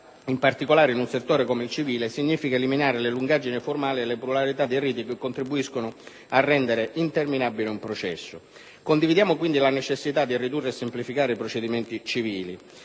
in particolare in un settore come il civile, significa eliminare le lungaggini formali e la pluralità dei riti che contribuiscono a rendere interminabile un processo. Condividiamo, quindi, la necessità di ridurre e semplificare procedimenti civili